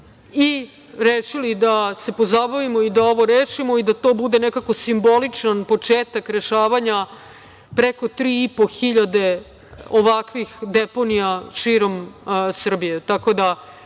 i rešili da se pozabavimo i da ovo rešimo i da to bude nekako simboličan početak rešavanja preko 3,5 hiljade ovakvih deponija širom Srbije.